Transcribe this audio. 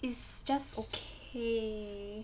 it's just okay